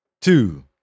two